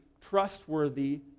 trustworthy